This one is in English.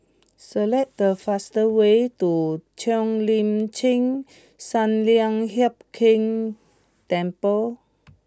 select the fast way to Cheo Lim Chin Sun Lian Hup Keng Temple